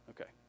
Okay